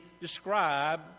describe